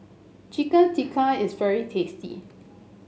Chicken Tikka is very tasty